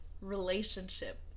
relationship